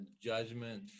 judgment